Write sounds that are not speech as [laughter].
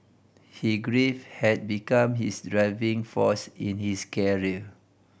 he grief had become his driving force in his care [unintelligible]